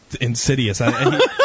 insidious